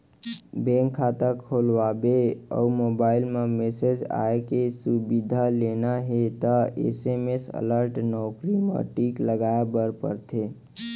bank खाता खोलवाबे अउ मोबईल म मेसेज आए के सुबिधा लेना हे त एस.एम.एस अलर्ट नउकरी म टिक लगाए बर परथे